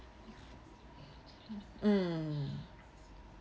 mm